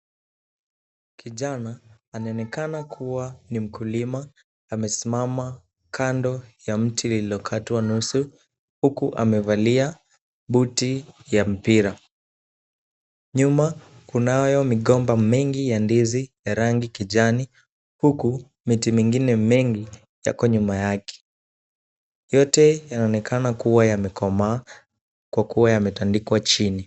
Kijana anaonekana kuwa ni mkulima. Amesimama kando ya mti lililokatwa nusu huku amevalia buti ya mpira. Nyuma kunayo migomba mengi ya ndizi ya rangi kijani huku miti mingine mengi yako nyuma yake. Yote yanaonekana kuwa yamekomaa kwa kuwa yametandikwa chini.